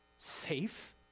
Safe